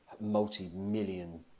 multi-million